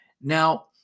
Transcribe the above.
Now